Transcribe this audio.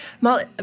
Molly